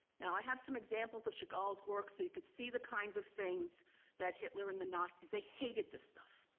now i have some examples of chagall's works so you could see the kinds of things that hitler and the nazis, they hated this stuff.